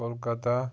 Kolkata